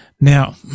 Now